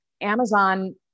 Amazon